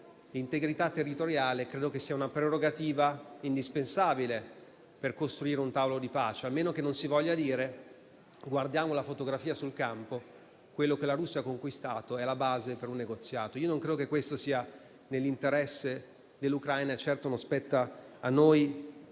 l'integrità territoriale sia una prerogativa indispensabile per costruire un tavolo di pace, a meno che non si voglia dire: guardiamo la fotografia sul campo; quello che la Russia ha conquistato è la base per un negoziato. Non credo che questo sia nell'interesse dell'Ucraina e certo non spetta a noi